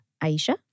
Aisha